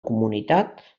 comunitat